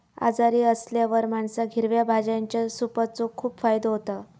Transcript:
आजारी असल्यावर माणसाक हिरव्या भाज्यांच्या सूपाचो खूप फायदो होता